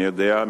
אני יודע,